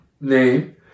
name